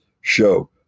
show